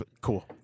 Cool